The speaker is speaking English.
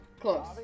Close